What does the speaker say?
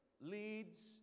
leads